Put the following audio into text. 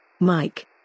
Mike